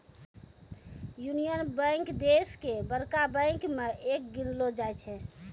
union Bank देश के बड़का बैंक मे एक गिनलो जाय छै